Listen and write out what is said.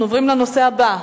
אנחנו עוברים לנושא הבא: